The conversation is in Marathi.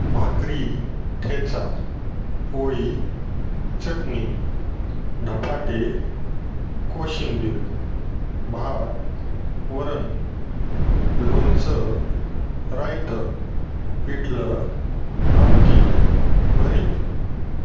भाकरी ठेचा पोळी चटणी धपाटे कोशिंबीर भात वरण लोणचं रायतं पिठलं आमटी भरीत